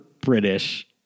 British